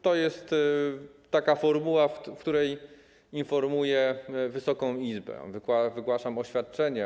To jest taka formuła, w której informuję Wysoką Izbę, wygłaszam oświadczenie.